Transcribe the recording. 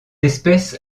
espèce